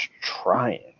trying